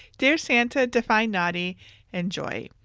dear santa, define naughty and joy.